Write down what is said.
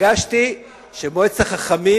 הרגשתי שב"מועצת החכמים"